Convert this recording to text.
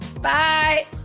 Bye